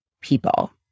people